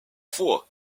fois